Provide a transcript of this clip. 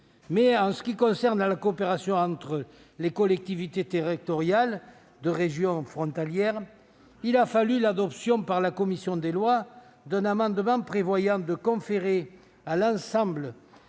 Mais, en ce qui concerne la coopération entre les collectivités territoriales de régions frontalières, il a fallu l'adoption par la commission des lois d'un amendement tendant à conférer à l'ensemble